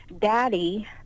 daddy